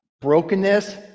brokenness